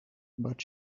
but